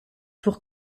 pour